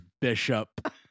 Bishop